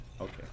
Okay